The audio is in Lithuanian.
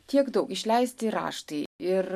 tiek daug išleisti raštai ir